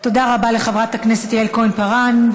תודה רבה לחברת הכנסת יעל כהן-פארן.